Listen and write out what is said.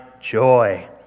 joy